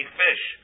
fish